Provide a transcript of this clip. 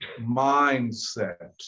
mindset